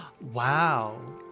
Wow